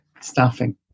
staffing